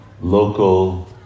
local